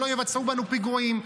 שלא יבצעו בנו פיגועים,